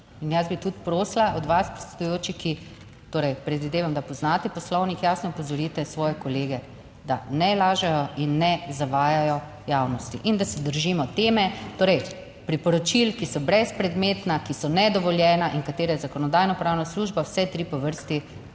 in jaz bi tudi prosila od vas predsedujoči, ki torej predvidevam, da poznate Poslovnik, jasno opozorite svoje kolege, da ne lažejo in ne zavajajo javnosti, in da se držimo teme, torej priporočil, ki so brezpredmetna, ki so nedovoljena in katere je Zakonodajno-pravna služba vse tri po vrsti